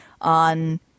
on